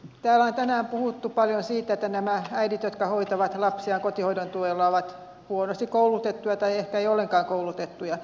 täällä on tänään puhuttu paljon siitä että nämä äidit jotka hoitavat lapsia kotihoidon tuella ovat huonosti koulutettuja tai ehkä ei ollenkaan koulutettuja